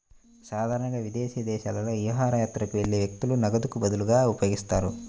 సాధారణంగా విదేశీ దేశాలలో విహారయాత్రకు వెళ్లే వ్యక్తులు నగదుకు బదులుగా ఉపయోగిస్తారు